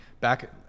Back